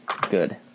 Good